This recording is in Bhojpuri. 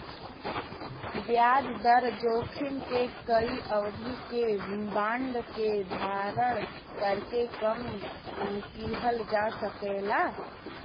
ब्याज दर जोखिम के कई अवधि के बांड के धारण करके कम किहल जा सकला